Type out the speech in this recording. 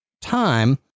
time